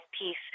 peace